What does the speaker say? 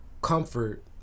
comfort